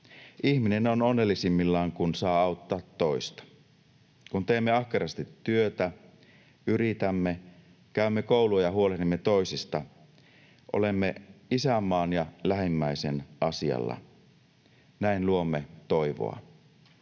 Ihminen on onnellisimmillaan, kun saa auttaa toista. Kun teemme ahkerasti työtä, yritämme, käymme koulua ja huolehdimme toisista, olemme isänmaan ja lähimmäisen asialla — näin luomme toivoa.